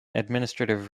administrative